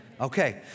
Okay